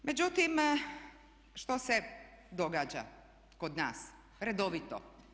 Međutim, što se događa kod nas redovito?